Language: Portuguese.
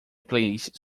playlist